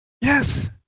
Yes